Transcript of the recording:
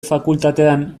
fakultatean